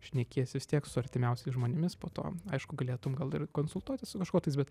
šnekiesi vis tiek su artimiausiais žmonėmis po to aišku galėtum gal ir konsultuotis su kažkuo tais bet